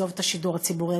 עזוב את השידור הציבורי,